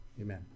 Amen